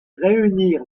réunir